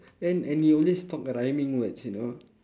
and and he always talk rhyming words you know